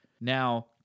Now